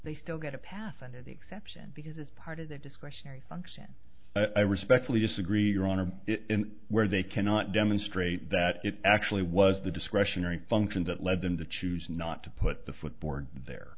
they still get a pass on to the exception because it's part of their discretionary function but i respectfully disagree or honor it where they cannot demonstrate that it actually was the discretionary function that led them to choose not to put the footboard there